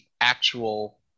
actual